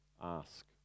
ask